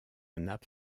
nappe